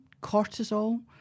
cortisol